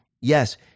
Yes